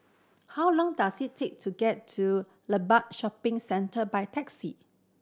how long does it take to get to Limbang Shopping Centre by taxi